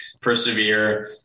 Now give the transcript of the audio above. persevere